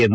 N